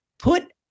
Put